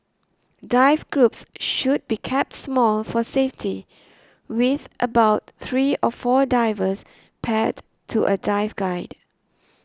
dive groups should be kept small for safety with about three or four divers paired to a dive guide